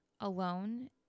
alone